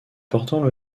portant